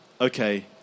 okay